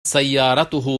سيارته